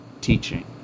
teaching